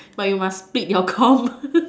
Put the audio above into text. but you must speak your common